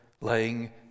laying